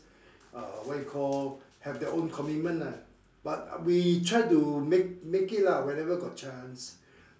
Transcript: uh what you call have their own commitment lah but we try to make make it lah whenever got chance